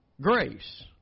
grace